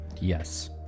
Yes